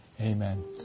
Amen